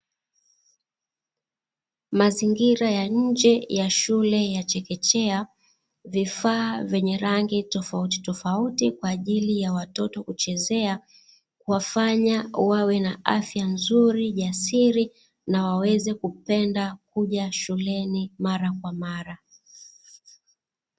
Mazingira ya nje ya shule ya chekechea; vifaa vyenye rangi tofautitofauti kwa ajili ya watoto kuchezea, kuwafanya wawe na afya nzuri, jasiri na waweze kupenda kuja shuleni mara kwa mara.